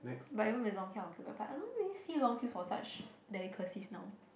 but even if its long queue I will queue but I don't really see long queues for such delicacies now